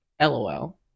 LOL